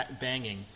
banging